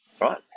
right